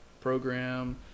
program